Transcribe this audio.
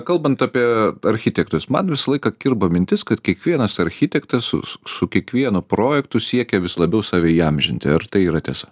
kalbant apie architektus man visą laiką kirba mintis kad kiekvienas architektas su su su kiekvienu projektu siekia vis labiau save įamžinti ar tai yra tiesa